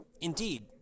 Indeed